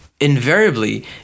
Invariably